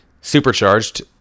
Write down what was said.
supercharged